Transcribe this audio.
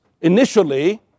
initially